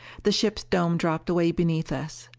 the ship's dome dropped away beneath us.